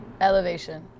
Elevation